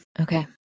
Okay